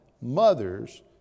mothers